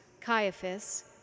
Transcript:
Caiaphas